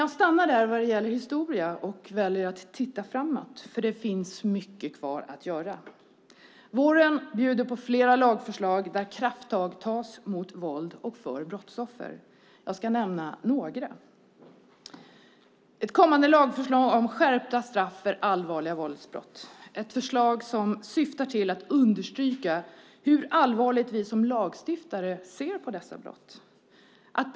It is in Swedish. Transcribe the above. Jag stannar här vad gäller historia och väljer att titta framåt. Det finns mycket kvar att göra. Våren bjuder på flera lagförslag där krafttag tas mot våld och för brottsoffer. Jag ska nämna några. Det kommer ett lagförslag om skärpta straff för allvarliga våldsbrott. Det är ett förslag som syftar till att understryka hur allvarligt vi som lagstiftare ser på dessa brott.